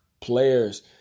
players